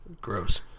Gross